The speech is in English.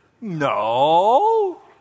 No